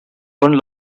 one